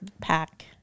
pack